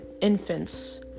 infants